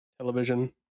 television